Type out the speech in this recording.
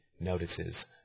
notices